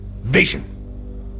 Vision